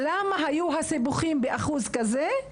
למה היו הסיבוכים באחוז כזה,